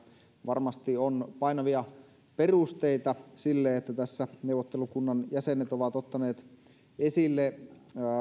varmasti on painavia perusteita sille että tässä neuvottelukunnan jäsenet ovat ottaneet esille